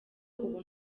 ubu